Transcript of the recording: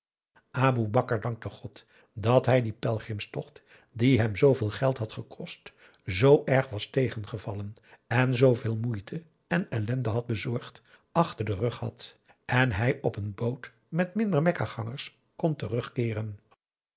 aboe bakar dankte god dat hij dien pelgrimstocht die hem zooveel geld had gekost zoo erg was tegengevallen en zooveel moeite en ellende had bezorgd achter den rug had en hij op een boot met minder mekkagangers kon terugkeeren